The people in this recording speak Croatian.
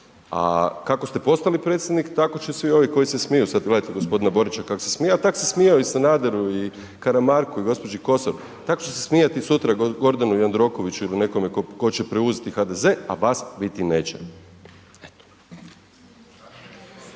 A kako ste postali predsjednik, tako će svi ovi koji se smiju sad, pogledajte g. Borića kako se smije, a tak se smijao i Sanaderu i Karamarku i gđi Kosor, tako će se smijati sutra Gordanu Jandrokoviću ili nekome tko će preuzeti HDZ, a vas biti neće,